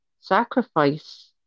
sacrifice